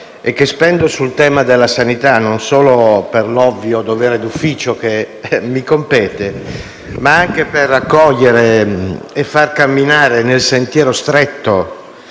e che spendo sul tema della sanità, non solo per l'ovvio dovere d'ufficio che mi compete, ma anche per raccogliere e far camminare, nel sentiero stretto